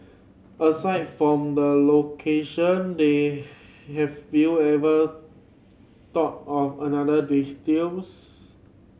aside from the location they have you ever thought of any other